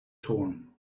torn